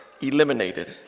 eliminated